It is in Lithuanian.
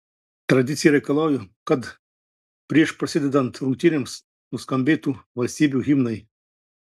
tradicija reikalauja kad prieš prasidedant rungtynėms nuskambėtų valstybių himnai